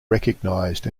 recognized